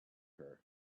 her